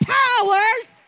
powers